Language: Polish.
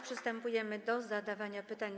Przystępujemy do zadawania pytań.